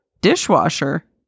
Dishwasher